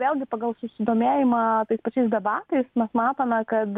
vėlgi pagal susidomėjimą tais pačiais debatais mes matome kad